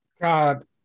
god